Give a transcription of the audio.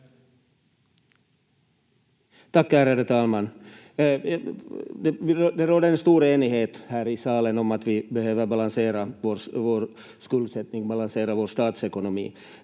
Tack, ärade talman! Det råder en stor enighet här i salen om att vi behöver balansera vår skuldsättning och balansera vår statsekonomi.